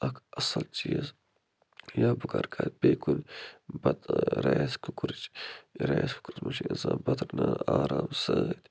اَکھ اَصٕل چیٖز یا بہٕ کَر کَتھ بیٚیہِ کُنہِ بَتہٕ رایس کُکرٕچ رایس کُکرس منٛز چھُ اِنسان بَتہٕ رَنان آرام سۭتۍ